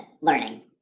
learning